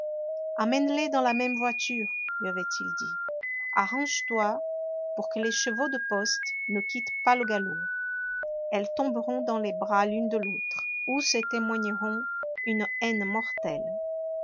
emmène les dans la même voiture lui avait-il dit arrange-toi pour que les chevaux de poste ne quittent pas le galop elles tomberont dans les bras l'une de l'autre ou se témoigneront une haine mortelle